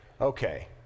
Okay